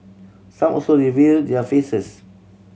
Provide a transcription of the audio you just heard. some also reveal their faces